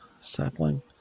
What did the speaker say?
sapling